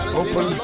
open